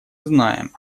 знаем